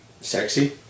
Sexy